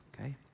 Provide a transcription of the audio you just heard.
okay